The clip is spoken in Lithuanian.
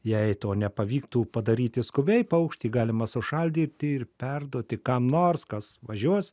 jei to nepavyktų padaryti skubiai paukštį galima sušaldyti ir perduoti kam nors kas važiuos